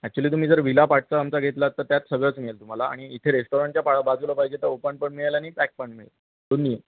actually तुम्ही जर villa पाठचा आमचा घेतलात तर त्यात सगळंच मिळेल तुम्हाला आणि इथे रेस्टॉरंटच्या पा बाजूला पाहिजे तर ओपन पण मिळेल आणि पॅक पण मिळेल दोन्ही आहे